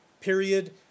period